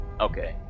Okay